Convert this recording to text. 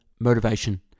motivation